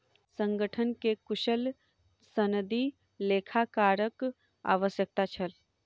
संगठन के कुशल सनदी लेखाकारक आवश्यकता छल